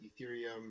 Ethereum